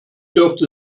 dürfte